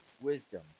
wisdom